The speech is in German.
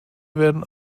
werden